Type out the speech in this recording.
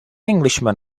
englishman